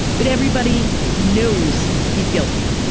but everybody knows he's guilty.